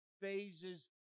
phases